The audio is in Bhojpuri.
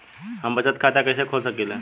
हम बचत खाता कईसे खोल सकिला?